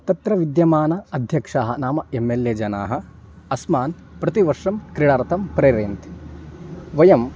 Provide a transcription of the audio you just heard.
तत्र विद्यमानाः अध्यक्षाः नाम एम् एल् ए जनाः अस्मान् प्रतिवर्षं क्रीडार्थं प्रेरयन्ति वयं